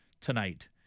tonight